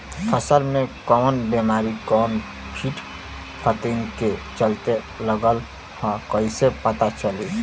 फसल में कवन बेमारी कवने कीट फतिंगा के चलते लगल ह कइसे पता चली?